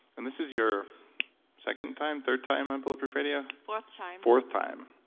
and this is your second time, third time on bulletproof radio? fourth time fourth time.